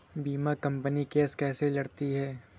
बीमा company case कैसे लड़ती है?